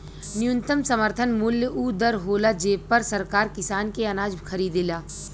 न्यूनतम समर्थन मूल्य उ दर होला जेपर सरकार किसान के अनाज खरीदेला